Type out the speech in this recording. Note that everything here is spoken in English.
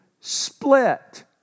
split